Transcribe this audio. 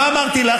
מה אמרתי לך?